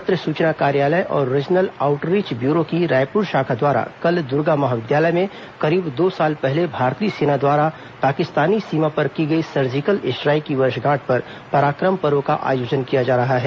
पत्र सुचना कार्यालय और रीजनल आउटरीच ब्यूरो की रायपुर शाखा द्वारा कल दुर्गा महाविद्यालय में करीब दो साल पहले भारतीय सेना द्वारा पाकिस्तानी सीमा पर की गई सर्जिकल स्ट्राईक की वर्षगांठ पर पराक्रम पर्व का आयोजन किया जा रहा है